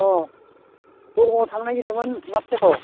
अह दरंआव थांनो नागिरदोंमोन माथो जाखो